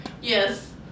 Yes